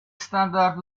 standard